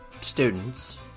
students